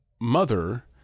mother